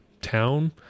town